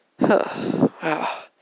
wow